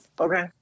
Okay